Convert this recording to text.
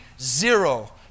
zero